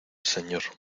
señor